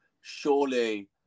surely